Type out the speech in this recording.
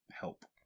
help